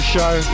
Show